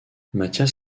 matthias